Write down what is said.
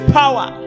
power